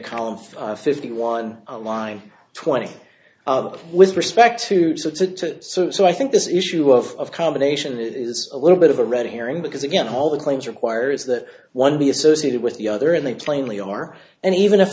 column fifty one line twenty with respect to do so to sort so i think this issue of combination it is a little bit of a red herring because again all the claims requires that one be associated with the other and they plainly are and even if